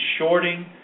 shorting